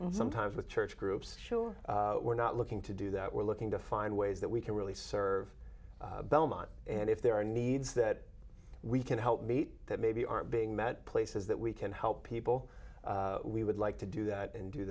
happen sometimes with church groups we're not looking to do that we're looking to find ways that we can really serve belmont and if there are needs that we can help meet that maybe aren't being met places that we can help people we would like to do that and do